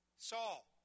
Saul